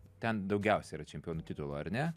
ten daugiausia yra čempionų titulų ar ne